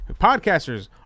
podcasters